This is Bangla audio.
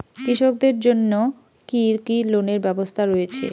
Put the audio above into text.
কৃষকদের জন্য কি কি লোনের ব্যবস্থা রয়েছে?